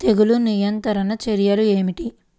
తెగులు నియంత్రణ చర్యలు ఏమిటి?